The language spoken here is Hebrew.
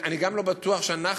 אני גם לא בטוח שאנחנו,